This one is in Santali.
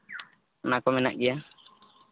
ᱚᱱᱟᱠᱚ ᱢᱮᱱᱟᱜ ᱜᱮᱭᱟ